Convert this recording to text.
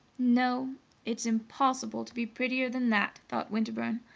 no it's impossible to be prettier than that, thought winterbourne.